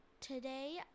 today